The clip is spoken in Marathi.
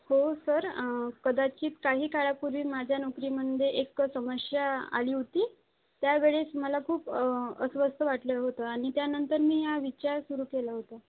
हो सर कदाचित काही काळापूर्वी माझ्या नोकरीमध्ये एक समस्या आली होती त्यावेळेस मला खूप अस्वस्थ वाटलं होतं आणि त्यानंतर मी हा विचार सुरू केला होता